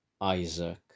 Isaac